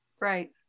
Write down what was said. right